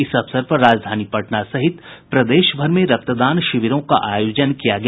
इस अवसर पर राजधानी पटना सहित प्रदेश भर में रक्तदान शिविरों का आयोजन किया गया